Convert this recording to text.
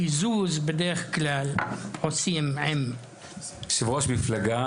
קיזוז בדרך כלל עושים עם --- יושב-ראש מפלגה.